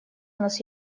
нас